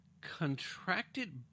contracted